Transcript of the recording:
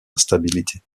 instabilité